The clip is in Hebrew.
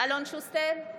אלון שוסטר,